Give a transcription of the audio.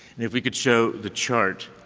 and if we could show the chart,